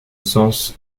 sens